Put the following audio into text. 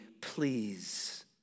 please